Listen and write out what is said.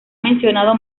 mencionado